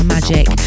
Magic